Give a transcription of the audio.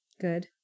Good